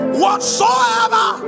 whatsoever